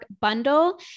bundle